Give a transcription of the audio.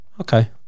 okay